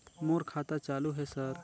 मोर खाता चालु हे सर?